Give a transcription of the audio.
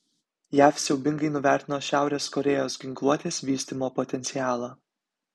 jav siaubingai nuvertino šiaurės korėjos ginkluotės vystymo potencialą